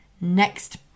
next